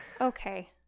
okay